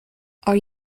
are